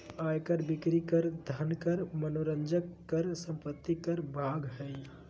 आय कर, बिक्री कर, धन कर, मनोरंजन कर, संपत्ति कर भाग हइ